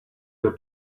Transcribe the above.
your